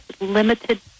limited